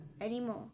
Anymore